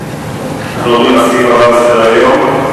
אנחנו עוברים לסעיף הבא שעל סדר-היום.